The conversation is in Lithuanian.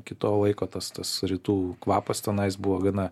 iki to laiko tas tas rytų kvapas tenais buvo gana